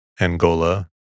Angola